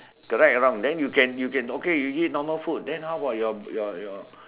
correct or wrong then you can you can okay you eat normal food then how about your about your